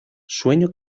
sueño